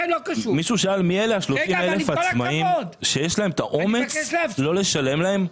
מישהו שאל מי אלה ה-30,000 עצמאים שיש להם את האומץ לא לשלם להם?